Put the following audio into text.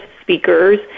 speakers